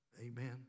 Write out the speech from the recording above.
amen